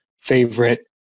favorite